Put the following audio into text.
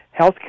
healthcare